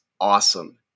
awesome